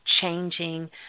changing